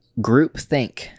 Groupthink